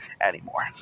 anymore